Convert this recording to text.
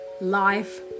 life